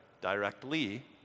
directly